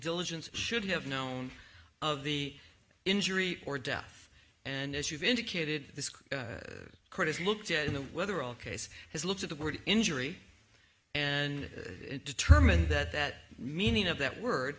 diligence should have known of the injury or death and as you've indicated this court is looked at in the weather all case has looked at the word injury and determined that that meaning of that word